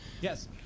Yes